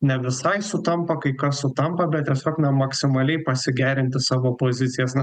ne visai sutampa kai kas sutampa bet tiesiog na maksimaliai pasigerinti savo pozicijas na